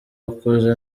wakoze